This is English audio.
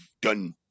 done